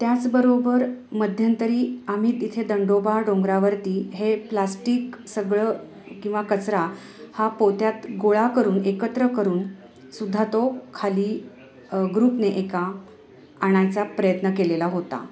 त्याचबरोबर मध्यंतरी आम्ही तिथे दंडोबा डोंगरावरती हे प्लास्टिक सगळं किंवा कचरा हा पोत्यात गोळा करून एकत्र करून सुद्धा तो खाली ग्रुपने एका आणायचा प्रयत्न केलेला होता